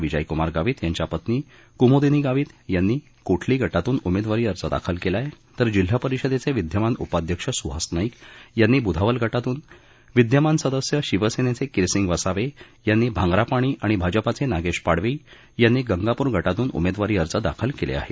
विजयक्मार गावित यांच्या पत्नी कुमोदीनी गावित यांनी कोठली गटातून उमेदवारी अर्ज दाखल केला आहे तर जिल्हा परिषदेचे विद्यमान उपाध्यक्ष सुहास नाईक यांनी बुधावल गटातून विद्यमान सदस्य शिवसेनेचे किरसिंग वसावे यांनी भांग्रापाणी आणि भाजपाचे नागेश पाडवी यांनी गंगापुर गटातन उमेदवारी अर्ज दाखल केले आहेत